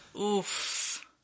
Oof